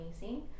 amazing